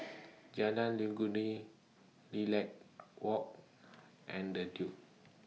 Jalan Legundi Lilac Walk and The Duke